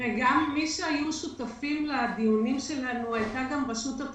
רשות התחרות הייתה שותפה לדיון שלנו,